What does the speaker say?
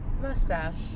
mustache